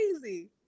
crazy